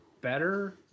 better